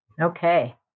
Okay